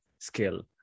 skill